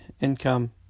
income